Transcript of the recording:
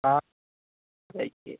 हाँ